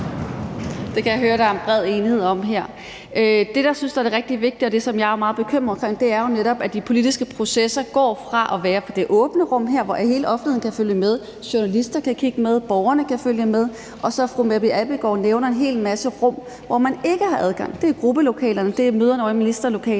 Det kan jeg høre der er bred enighed om her. Det, som jeg synes er rigtig vigtigt, og det, som jeg er meget bekymret for, er jo netop, at de politiske processer går fra at være i det åbne rum her, hvor hele offentligheden kan følge med – journalister kan kigge med, borgerne kan følge med – og så til, som fru Mette Abildgaard nævner, en hel masse rum, hvor offentligheden ikke har adgang. Det er møderne i gruppelokalerne, det er møderne ovre i en ministerielokalerne